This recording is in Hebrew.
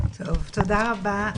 תודה רבה.